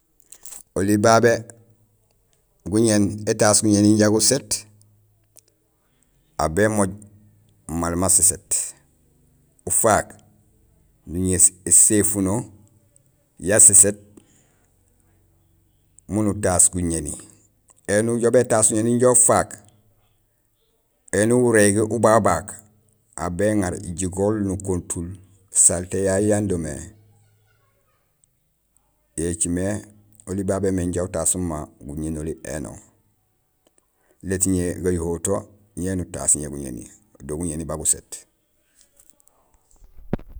Oli babé étaas guñéni, inja guséét, aw bémooj maaal ma séséét ufaak nuŋéés éséfuno yo séséét miin utaas guñéni éni ujoow bétaas guñéni inja ufaak, éni uwurégi ubabaak aw béŋar jigool nukontul salté yayu yando mé. Yo écimé oli babé mé inja utaas mama guñénoli éno. Lét ñé gayuhowul to ñé nutaas guñéni, do guñéni ba guséét.